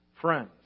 Friends